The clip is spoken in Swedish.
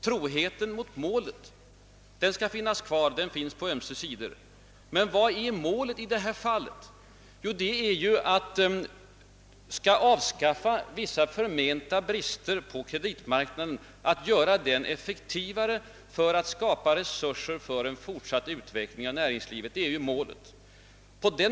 Troheten mot målet skall finnas kvar, och den finns på ömse sidor, det är medlet diskussionen gäller. Men vad är målet i detta fall? Jo, det är att avskaffa vissa förmenta brister på kreditmarknaden, att göra den effektivare för att skapa resurser för en fortsatt utveckling av näringslivet. Det är målet. Och det är vi ense om.